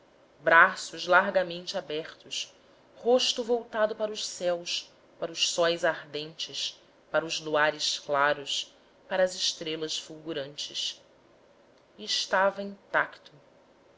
braços largamente abertos rosto voltado para os céus para os sóis ardentes para os luares claros para as estrelas fulgurantes e estava intacto